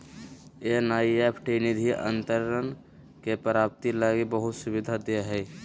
NEFT निधि अंतरण के प्राप्ति लगी बहुत सुविधा दे हइ